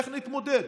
איך נתמודד?